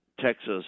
Texas